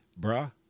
bruh